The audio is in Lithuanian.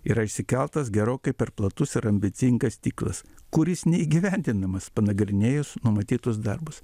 yra išsikeltas gerokai per platus ir ambicingas tikslas kuris neįgyvendinamas panagrinėjus numatytus darbus